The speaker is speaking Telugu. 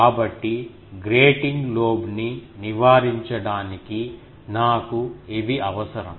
కాబట్టి గ్రేటింగ్ లోబ్ ని నివారించడానికి నాకు ఇవి అవసరం